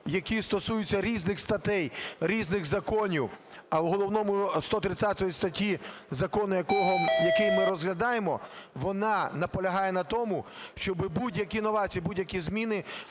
які стосуються різних статей, різних законів, а в головному 130 статті закону, який ми розглядаємо, вона наполягає на тому, щоб будь-які новації, будь-які зміни